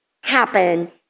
happen